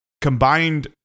combined